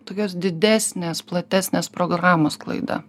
tokios didesnės platesnės programos klaida